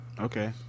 okay